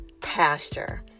pasture